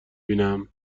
بینم